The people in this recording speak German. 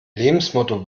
lebensmotto